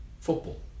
football